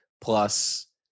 plus